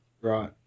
Right